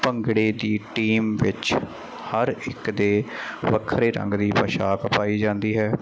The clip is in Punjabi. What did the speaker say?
ਭੰਗੜੇ ਦੀ ਟੀਮ ਵਿੱਚ ਹਰ ਇੱਕ ਦੇ ਵੱਖਰੇ ਰੰਗ ਦੀ ਪੁਸ਼ਾਕ ਪਾਈ ਜਾਂਦੀ ਹੈ